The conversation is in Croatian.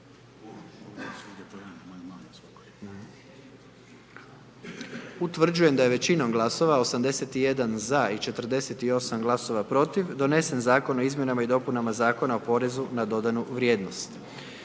Utvrđujem da je većinom glasova 81 za i 19 glasova protiv donesen Zakon o izmjenama i dopunama Zakona o zakupu i